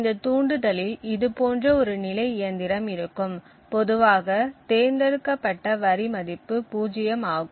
இந்த தூண்டுதலில் இது போன்ற ஒரு நிலை இயந்திரம் இருக்கும் பொதுவாக தேர்ந்தெடுக்கப்பட்ட வரி மதிப்பு 0 ஆகும்